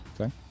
Okay